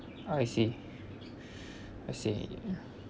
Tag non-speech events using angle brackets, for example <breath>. I see <breath> I see